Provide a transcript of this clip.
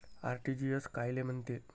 RTGS कायले म्हनते?